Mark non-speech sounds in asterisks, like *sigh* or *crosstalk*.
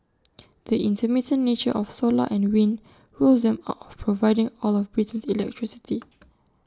*noise* the intermittent nature of solar and wind rules them out of providing all of Britain's electricity *noise*